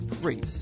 great